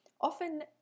often